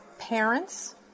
parents